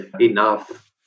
enough